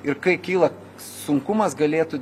ir kai kyla sunkumas galėtų